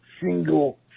single